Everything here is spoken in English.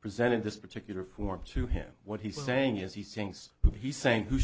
presented this particular form to him what he's saying is he sings who he's saying who